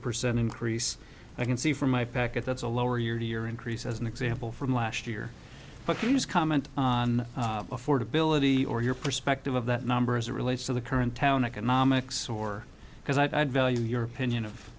percent increase i can see from my package that's a lower year to year increase as an example from last year but use comment on affordability or your perspective of that number as a relates to the current town economics or because i value your opinion of